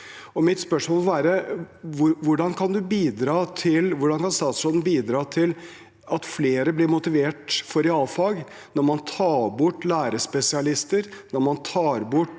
Mitt spørsmål må være: Hvordan kan statsråden bidra til at flere blir motivert for realfag når man tar bort lærerspesialister,